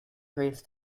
prays